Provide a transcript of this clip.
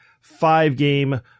five-game